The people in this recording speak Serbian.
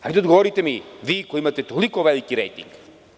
Hajde odgovorite mi vi koji imate toliko veliki rejting.